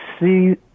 see